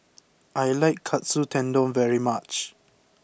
I like Katsu Tendon very much